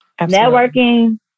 Networking